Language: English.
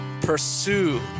pursue